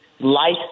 life